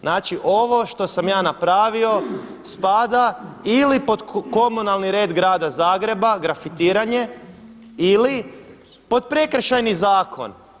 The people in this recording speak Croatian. Znači, ovo što sam ja napravio spada ili pod komunalni red grada Zagreba, grafitiranje ili pod prekršajni zakon.